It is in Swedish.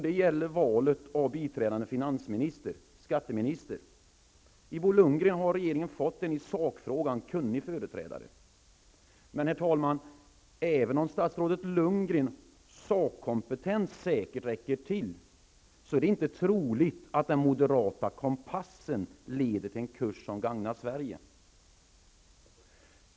Det gäller valet av biträdande finansminister/skatteminister. I Bo Lundgren har regeringen fått en i sakfrågan kunnig företrädare. Men, herr talman, även om statsrådet Lundgrens sakkompetens säkert räcker till, är det inte troligt att den moderata kompassen leder till en kurs som gagnar Sverige.